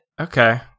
okay